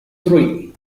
three